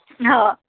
હ